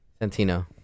Santino